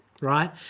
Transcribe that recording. right